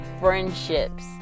friendships